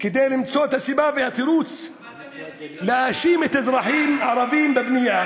כדי למצוא את הסיבה והתירוץ להאשים אזרחים ערבים בבנייה,